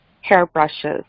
hairbrushes